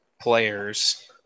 players